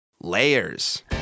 Layers